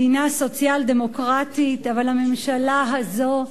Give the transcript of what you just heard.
מדינה סוציאל-דמוקרטית, אבל הממשלה הזאת,